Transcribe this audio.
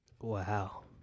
Wow